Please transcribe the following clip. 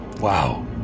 Wow